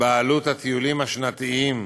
בעלות הטיולים השנתיים,